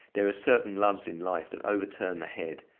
there are certain loves in life that overturn the head,